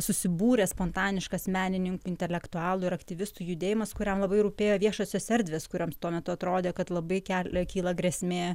susibūrė spontaniškas meninin intelektualų ir aktyvistų judėjimas kuriam labai rūpėjo viešosios erdvės kurioms tuo metu atrodė kad labai kelia kyla grėsmė